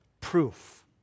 proof